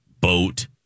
boat